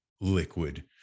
liquid